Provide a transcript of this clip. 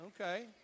okay